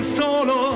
solo